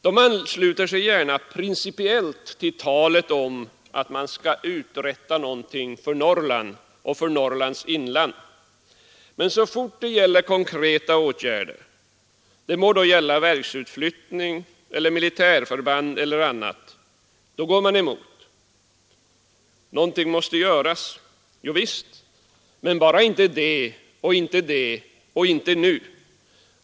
De ansluter sig gärna principiellt till talet om att man skall uträtta någonting för Norrland och för Norrlands inland, men så fort det gäller konkreta åtgärder — det må vara verksutflyttning eller flyttning av militärförband eller annat går man emot dem. Någonting måste göras. Jovisst, men bara inte det, och inte det och inte nu.